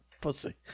pussy